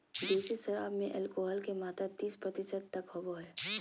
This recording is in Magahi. देसी शराब में एल्कोहल के मात्रा तीस प्रतिशत तक होबो हइ